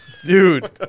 Dude